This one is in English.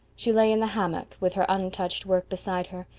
she lay in the hammock, with her untouched work beside her,